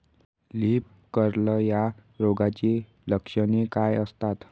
Leaf curl या रोगाची लक्षणे काय असतात?